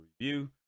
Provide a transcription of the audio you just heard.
review